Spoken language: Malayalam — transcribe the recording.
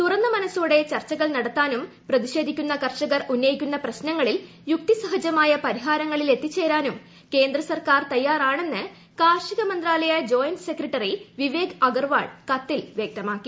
തുറന്ന മനസ്സോടെ ചർച്ചകൾ നടത്താനും പ്രതിഷേധിക്കുന്ന കർഷകർ ഉന്നയിക്കുന്ന പ്രശ്നങ്ങളിൽ യുക്തിസഹജമായ പരിഹാരങ്ങളിൽ എത്തിചേരാനും കേന്ദ്ര സർക്കാർ തയാറാണെന്ന് കാർഷിക മന്ത്രാലയ ജോയിന്റ് സെക്രട്ടറി വിവേക് അഗർവാൾ കത്തിൽ വ്യക്തമാക്കി